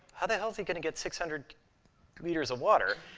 how the hell is he going to get six hundred liters of water?